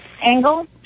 angle